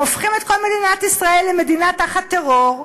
הופכים את כל מדינת ישראל למדינה תחת טרור.